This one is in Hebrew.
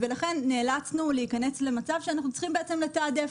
ולכן נאלצנו להיכנס למצב שאנחנו צריכים לתעדף.